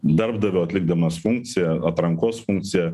darbdavio atlikdamas funkciją atrankos funkciją